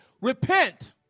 Repent